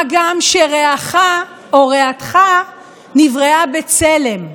מה גם שרעך או רעתך נבראה בצלם,